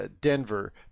Denver